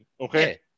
Okay